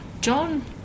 john